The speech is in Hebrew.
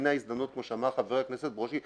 הנה ההזדמנות כמו שאמר חבר הכנסת ברושי,